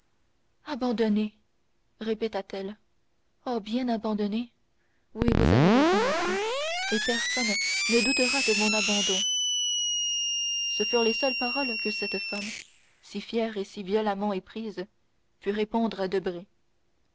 répéta-t-elle oh bien abandonnée oui vous avez raison monsieur et personne ne doutera de mon abandon ce furent les seules paroles que cette femme si fière et si violemment éprise put répondre à debray